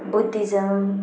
buddhism